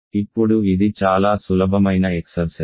ఇప్పుడు ఇది చాలా సులభమైన ఎక్సర్సైజ్